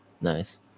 Nice